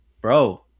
bro